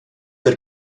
der